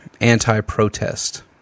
Anti-protest